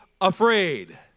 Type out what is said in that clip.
afraid